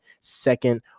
second